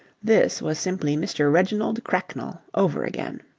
this was simply mr. reginald cracknell over again.